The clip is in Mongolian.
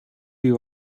бий